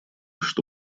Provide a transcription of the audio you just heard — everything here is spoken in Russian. что